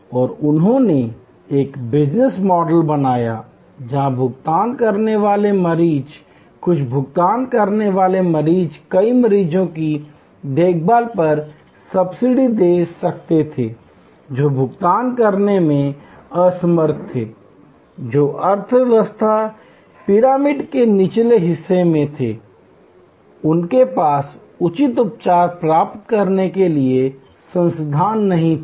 और उन्होंने एक बिजनेस मॉडल बनाया जहां भुगतान करने वाले मरीज कुछ भुगतान करने वाले मरीज कई मरीजों की देखभाल पर सब्सिडी दे सकते थे जो भुगतान करने में असमर्थ थे जो अर्थव्यवस्था पिरामिड के निचले हिस्से में थे उनके पास उचित उपचार प्राप्त करने के लिए संसाधन नहीं थे